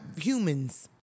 humans